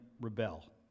rebel